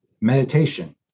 Meditation